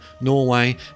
Norway